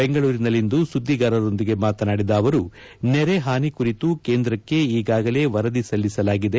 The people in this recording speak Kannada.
ಬೆಂಗಳೂರಿನಲ್ಲಿಂದು ಸುದ್ದಿಗಾರರೊಂದಿಗೆ ಮಾತನಾಡಿದ ಅವರು ನೆರೆ ಹಾನಿ ಕುರಿತು ಕೇಂದ್ರಕ್ಕೆ ಈಗಾಗಲೇ ವರದಿ ಸಲ್ಲಿಸಲಾಗಿದೆ